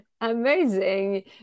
Amazing